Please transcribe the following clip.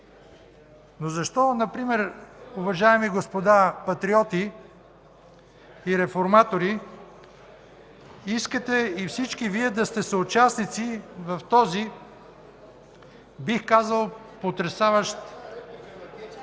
Но защо, например, уважаеми господа патриоти и реформатори, искате и всички Вие да сте съучастници в този, бих казал, потресаващ по